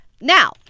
Now